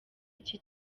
iki